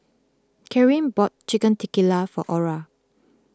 Carin bought Chicken Tikka for Ora